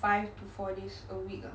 five to four days a week ah